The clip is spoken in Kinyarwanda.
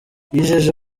yijeje